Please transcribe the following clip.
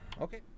Okay